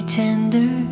tender